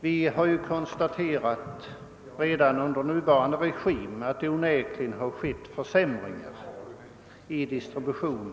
Vi har redan under nuvarande regim kunnat konstatera att en försämring onekligen har skett i fråga om distributionen.